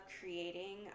creating